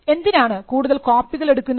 എന്തിനാണ് കൂടുതൽ കോപ്പികൾ എടുക്കുന്നത്